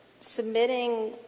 submitting